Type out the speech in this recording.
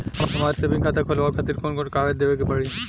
हमार सेविंग खाता खोलवावे खातिर कौन कौन कागज देवे के पड़ी?